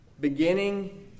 beginning